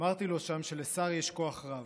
אמרתי לו שם שלשר יש כוח רב,